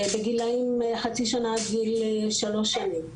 בגילאים חצי שנה עד גיל שלוש שנים.